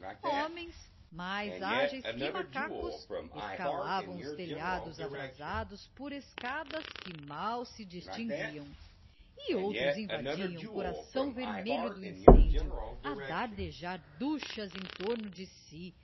homens mais ágeis que macacos escalavam os telhados abrasados por escadas que mal se distinguiam e outros invadiam o coração vermelho do incêndio a dardejar duchas em torno de si